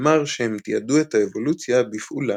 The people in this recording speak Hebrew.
אמר שהם "תיעדו את האבולוציה בפעולה".